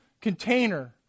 container